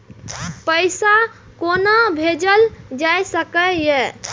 पैसा कोना भैजल जाय सके ये